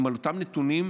הם על אותם נתונים,